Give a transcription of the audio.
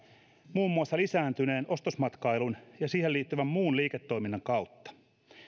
muun muassa lisääntyneen ostosmatkailun ja siihen liittyvän muun liiketoiminnan kautta